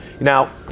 Now